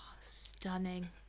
Stunning